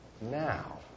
now